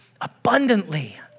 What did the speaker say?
Abundantly